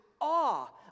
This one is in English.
awe